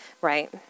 right